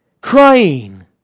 crying